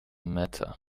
matter